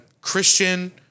Christian